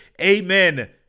amen